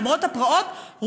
למרות הפרעות,